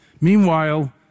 meanwhile